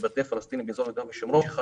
בבתי פלסטינים באזור יהודה ושומרון,